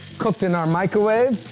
cooked in our microwave,